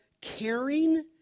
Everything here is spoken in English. caring